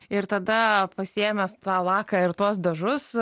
ir tada pasiėmęs tą laką ir tuos dažus